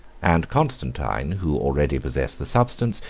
and constantine, who already possessed the substance,